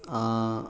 आ